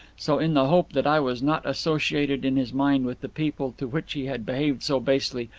so, in the hope that i was not associated in his mind with the people to which he had behaved so basely,